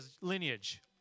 lineage